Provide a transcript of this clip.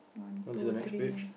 one two three